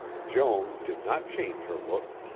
joan did not change her look.